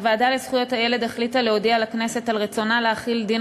הוועדה לזכויות הילד החליטה להודיע לכנסת על רצונה להחיל דין